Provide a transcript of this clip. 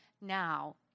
now